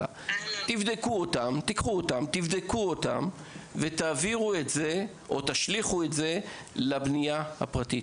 תבדקו אותן ותשליכו את זה לבנייה הפרטית.